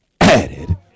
added